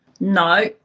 No